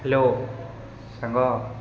hello ସାଙ୍ଗ